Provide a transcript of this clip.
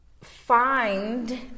Find